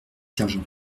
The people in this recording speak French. sergent